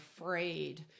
afraid